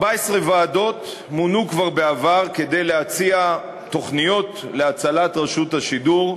14 ועדות מונו כבר בעבר כדי להציע תוכניות להצלת רשות השידור.